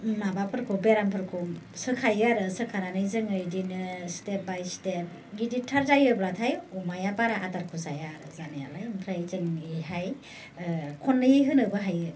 माबाफोरखौ बेरामफोरखौ सोखायो आरो सोखानानै जोङो बिदिनो स्टेप बाइ स्टेप गिदिरथार जायोब्लाथाय अमाया बारा आदारखौ जाया आरो जानायालाय ओमफ्राय जों एरैहाय खननैयै होनोबो हायो